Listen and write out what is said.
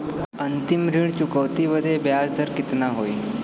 अंतिम ऋण चुकौती बदे ब्याज दर कितना होई?